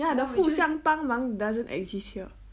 ya the 相当帮忙 doesn't exist here